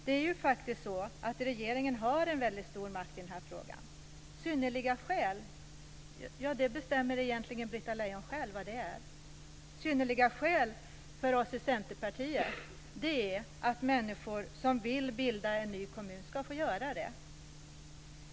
Det är ju faktiskt så att regeringen har en väldigt stor makt i den här frågan. Synnerliga skäl: Ja, det bestämmer egentligen Britta Lejon själv vad det är. Synnerliga skäl för oss i Centerpartiet, det är att människor som vill bilda en ny kommun ska få göra det.